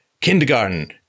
kindergarten